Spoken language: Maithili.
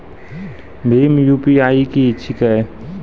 भीम यु.पी.आई की छीके?